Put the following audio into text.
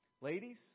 Ladies